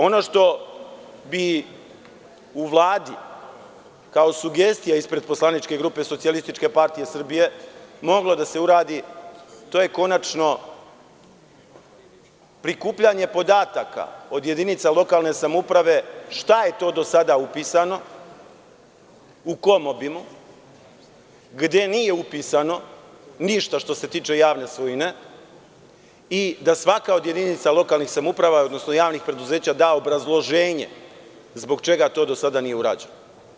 Ono što bi u Vladi, kao sugestija ispred poslaničke grupe Socijalističke partije Srbije moglo da se uradi, to je konačno prikupljanje podataka od jedinica lokalne samouprave, šta je to do sada upisano, u kom obimu, gde nije upisano ništa što se tiče javne svojine i da svaka od jedinica lokalnih samouprava, odnosno javnih preduzeća da obrazloženje zbog čega to do sada nije urađeno.